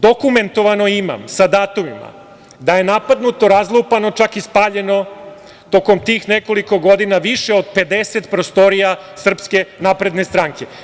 Dokumentovano imam sa datumima da je napadnuto, razlupano, čak i spaljeno tokom tih nekoliko godina, više od 50 prostorija SNS.